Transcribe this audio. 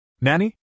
Nanny